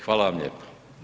Hvala vam lijepo.